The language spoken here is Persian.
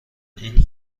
این